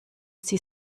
sie